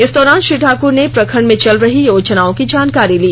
इस दौरान श्रीठाकुर ने परखंड में चल रही योजनाओं की जानकारी ली